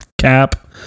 cap